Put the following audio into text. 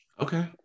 Okay